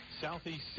Southeast